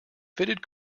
fitted